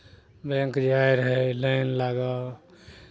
bank जाइ रहै line लागह